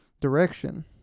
direction